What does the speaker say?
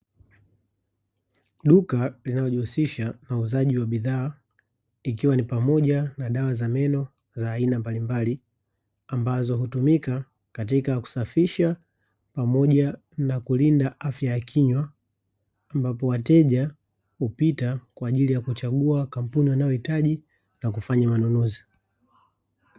Duka linalojihusisha na uuzaji wa bidhaa ikiwa ni pamoja na dawa za meno za aina mbalimbali, ambazo hutumika katika kusafisha pamoja na kulinda afya ya kinywa, ambapo wateja hupita kwa ajili ya kuchagua kampuni wanayohitaji na kufanya manunuzi.